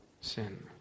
sin